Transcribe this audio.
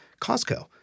Costco